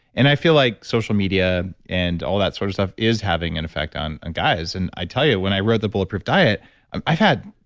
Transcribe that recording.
and i feel like social media and all that sort of stuff is having an effect on guys and i tell you, when i wrote the bulletproof diet i've had,